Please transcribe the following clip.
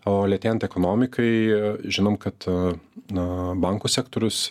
o lėtėjant ekonomikai žinom kad na bankų sektorius